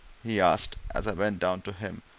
he asked, as i went down to him.